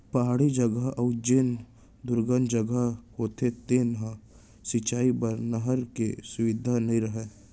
पहाड़ी जघा अउ जेन दुरगन जघा होथे तेन ह सिंचई बर नहर के सुबिधा नइ रहय